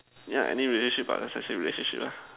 yeah any relationship ah that's why I say relationship lah